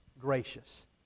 gracious